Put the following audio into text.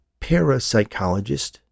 parapsychologist